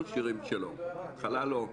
שכל כך התגאו בה,